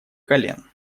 колен